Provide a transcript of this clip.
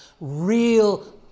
real